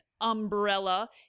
umbrella